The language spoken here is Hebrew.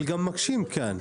אבל גם מקשים כאן.